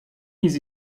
nic